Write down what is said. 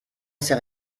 sais